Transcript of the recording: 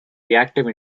reactive